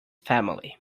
family